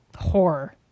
horror